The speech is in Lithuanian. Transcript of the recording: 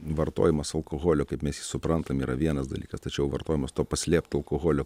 vartojimas alkoholio kaip mes jį suprantam yra vienas dalykas tačiau vartojamas to paslėpto alkoholio